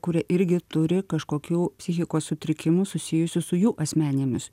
kurie irgi turi kažkokių psichikos sutrikimų susijusių su jų asmenėmis